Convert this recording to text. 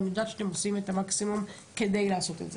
אני יודעת שאתם עושים את המקסימום כדי לעשות את זה.